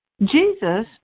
Jesus